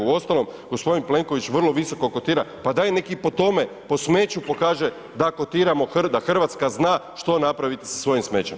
Uostalom gospodin Plenković vrlo visoko kotira pa daj neka i po tome, po smeću pokaže da kotiramo, da Hrvatska zna što napraviti sa svojim smećem.